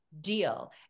deal